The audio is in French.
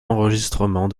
enregistrements